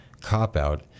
cop-out